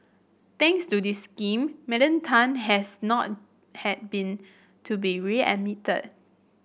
thanks to this scheme Madam Tan has not had been to be readmitted